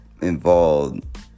involved